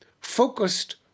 focused